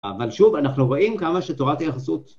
אבל שוב אנחנו רואים כמה שתורת היחסות.